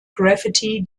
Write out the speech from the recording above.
graffiti